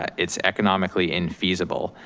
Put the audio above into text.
it's economically infeasible.